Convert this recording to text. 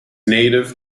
native